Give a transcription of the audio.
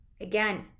Again